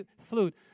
flute